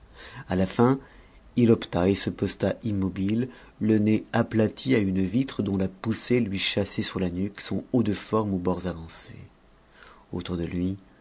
à la fin il opta et se posta immobile le nez aplati à une vitre dont la poussée lui chassait sur la nuque son haut de forme aux bords avancés autour de lui